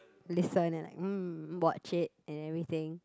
listen and like mm watch it and everything